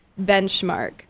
benchmark